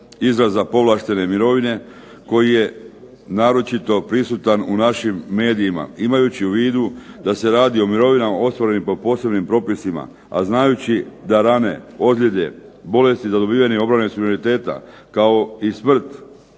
za povlaštene mirovine koji je naročito prisutan u našim medijima. Imajući u vidu da se radi o mirovinama ostvarenim po posebnim propisima, a znajući da rane, ozljede, bolesti zadobivene u obrani suvereniteta kao i smrt